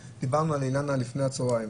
דיברנו על העניין של לפני הצהריים,